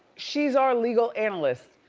she's our legal analyst.